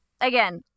Again